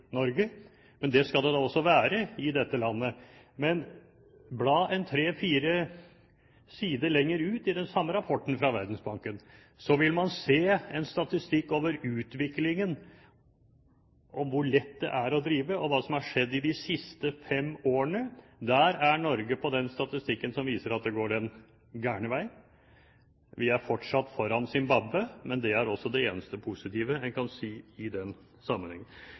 men det skal det da også være i dette landet. Men hvis man blar tre-fire sider lenger ut i den samme rapporten fra Verdensbanken, vil man se en statistikk over utviklingen over hvor lett det er å drive, og hva som har skjedd i de siste fem årene. Der er Norge på den statistikken som viser at det går den gale veien. Vi er fortsatt foran Zimbabwe, men det er også det eneste positive en kan si i den sammenhengen.